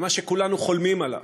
ממה שכולנו חולמים עליו,